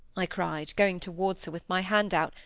i cried, going towards her, with my hand out,